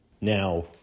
Now